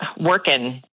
Working